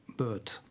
bird